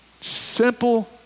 Simple